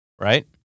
Right